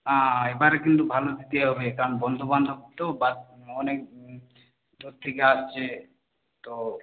হ্যাঁ এবার কিন্তু ভালো দিতে হবে কারণ বন্ধুবান্ধব তো বা অনেক দূর থেকে আসছে তো